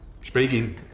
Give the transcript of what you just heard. speaking